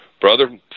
Brother